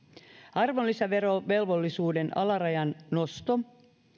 arvonlisäverovelvollisuuden alarajan nosto